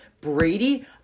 Brady